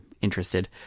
interested